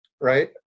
right